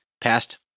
passed